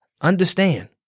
Understand